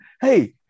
hey